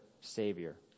Savior